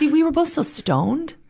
we were both so stoned,